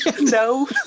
no